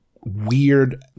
weird